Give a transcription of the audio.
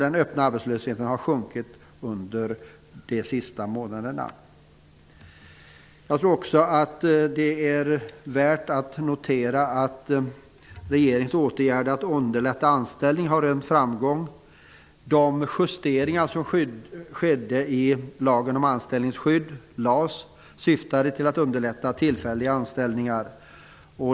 Den öppna arbetslösheten har sjunkit under de senaste månaderna. Det är också värt att notera att regeringens åtgärd att underlätta anställning har rönt framgång. De justeringar som skedde i lagen om anställningsskydd, LAS, syftade till att underlätta tillfälliga anställningar.